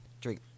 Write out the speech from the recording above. drink